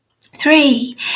Three